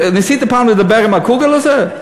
ניסית פעם לדבר עם הקוגל הזה?